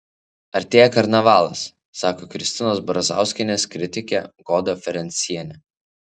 artėja karnavalas sako kristinos brazauskienės kritikė goda ferencienė